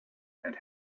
and